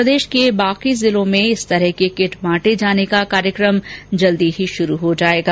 प्रदेश के बाकी जिलों में इस तरह के किट बांटे जाने का कार्यकम जल्दी ही शुरू हो जाएगा